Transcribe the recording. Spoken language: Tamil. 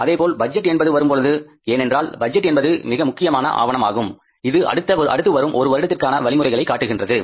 அதேபோல பட்ஜெட் என்பது வரும்பொழுது ஏனென்றால் பட்ஜெட் என்பது மிக முக்கியமான ஆவணமாகும் இது அடுத்து வரும் ஒரு வருடத்திற்கான வழிமுறைகளை காட்டுகின்றது